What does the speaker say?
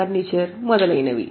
furniture మొదలైనవి